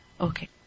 okay